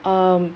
um